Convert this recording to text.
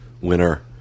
winner